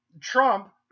Trump